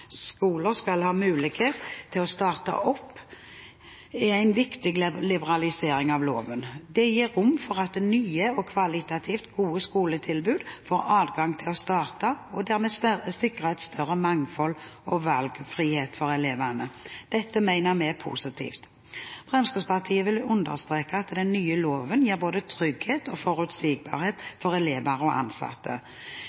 skoler skal ha mulighet til å starte opp, er en viktig liberalisering av loven. Det gir rom for at nye og kvalitativt gode skoletilbud får adgang til å starte og dermed sikre et større mangfold og valgfrihet for elevene. Dette mener vi er positivt. Fremskrittspartiet vil understreke at den nye loven gir både trygghet og forutsigbarhet for elever og ansatte.